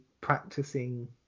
practicing